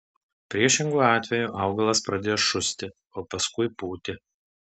priešingu atveju augalas pradės šusti o paskui pūti